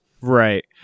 Right